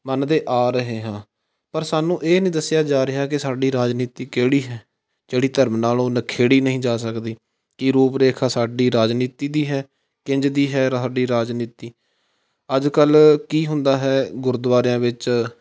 ਮੰਨਦੇ ਆ ਰਹੇ ਹਾਂ ਪਰ ਸਾਨੂੰ ਇਹ ਨਹੀਂ ਦੱਸਿਆ ਜਾ ਰਿਹਾ ਕਿ ਸਾਡੀ ਰਾਜਨੀਤੀ ਕਿਹੜੀ ਹੈ ਜਿਹੜੀ ਧਰਮ ਨਾਲੋਂ ਨਖੇੜੀ ਨਹੀਂ ਜਾ ਸਕਦੀ ਕੀ ਰੂਪ ਰੇਖਾ ਸਾਡੀ ਰਾਜਨੀਤੀ ਦੀ ਹੈ ਕਿੰਝ ਦੀ ਹੈ ਸਾਡੀ ਰਾਜਨੀਤੀ ਅੱਜ ਕੱਲ੍ਹ ਕੀ ਹੁੰਦਾ ਹੈ ਗੁਰਦੁਆਰਿਆਂ ਵਿੱਚ